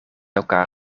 elkaar